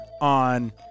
on